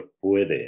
puede